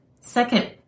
Second